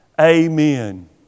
Amen